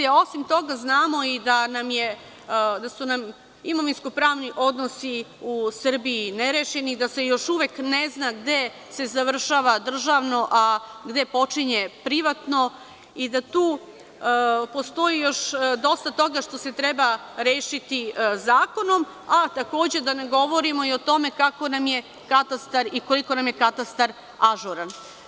Osim toga, znamo i da su nam imovinsko-pravni odnosi u Srbiji nerešeni, da se još uvek ne zna gde se završava državno, a gde počinje privatno i da tu postoji još dosta toga što se treba rešiti zakonom, a da ne govorimo o tome kako nam je katastar i koliko nam je katastar ažuran.